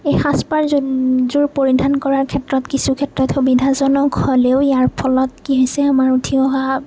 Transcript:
এই সাজপাৰ যোনযোৰ পৰিধান কৰাৰ ক্ষেত্ৰত কিছু ক্ষেত্ৰত সুবিধাজনক হ'লেও ইয়াৰ ফলত কি হৈছে আমাৰ উঠি অহা